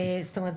זאת אומרת,